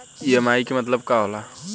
EMI के मतलब का होला?